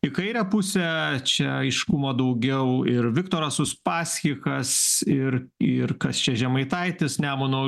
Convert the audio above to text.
į kairę pusę čia aiškumo daugiau ir viktoras uspaskichas ir ir kas čia žemaitaitis nemuno